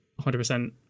100%